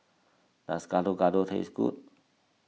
does Gado Gado taste good